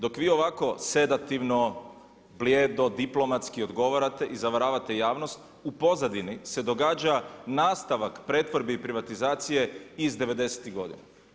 Dok vi ovako sedativno, blijedo, diplomatski odgovarate i zavaravate javnost u pozadini se događa nastavak pretvorbi i privatizacije iz devedesetih godina.